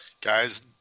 guys